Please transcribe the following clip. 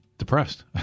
depressed